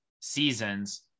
seasons